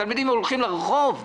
התלמידים הולכים לרחוב.